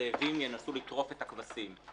הזאבים ינסו לטרוף את הכבשים.